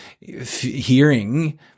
hearing